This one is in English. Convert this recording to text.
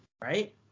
right